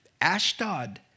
Ashdod